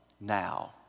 now